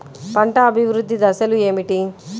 పంట అభివృద్ధి దశలు ఏమిటి?